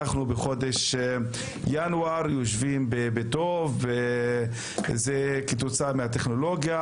אנחנו בחודש ינואר ויושבים בנוחות כתוצאה מההתפתחות הטכנולוגית.